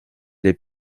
les